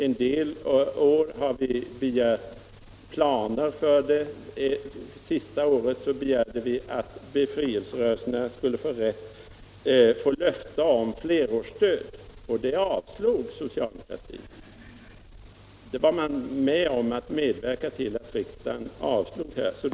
En del år har vi begärt planer för det. Det senaste året begärde vi att befrielserörelserna skulle få löfte om fterårsstöd. Socialdemokratin medverkade till att riksdagen avslog det kravet.